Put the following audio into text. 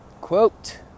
Quote